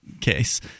case